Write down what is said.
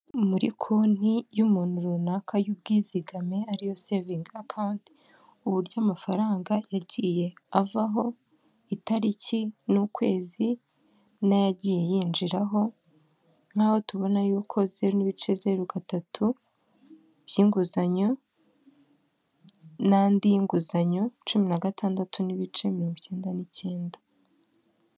Muri konti y'umuntu runaka y'ubwizigame ariyo sevingi akawuti uburyo amafaranga yagiye avaho itariki n'ukwezi nayagiye yinjiraho nkaho tubona yuko zeru n'ibice zeru gatatu by'inguzanyo nandi y'inguzanyo cumi na gatandatu n'ibice mirongo icyenda n'icyenda.